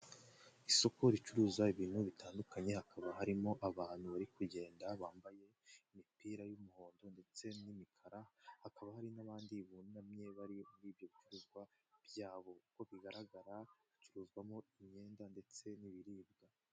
Isoko ricuruza ibintu bitandukanye, hakaba harimo abantu bari kugenda, bambaye imipira y'umuhondo ndetse n'imikara, hakaba hari n'abandi bunamye bari muri ibyo bicuruzwa byabo, uko bigaragara hacuruzwamo imyenda ndetse n'ibiribwa.